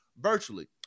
virtually